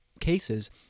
cases